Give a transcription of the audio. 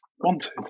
wanted